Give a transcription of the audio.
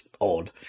odd